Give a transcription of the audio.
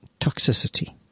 toxicity